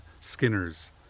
Skinners